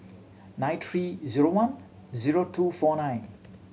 nine three zero one zero two four nine